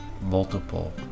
multiple